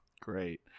great